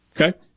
Okay